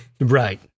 Right